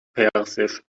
persisch